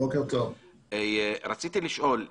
רציתי לשאול,